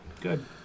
Good